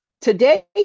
Today